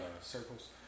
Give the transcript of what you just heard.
circles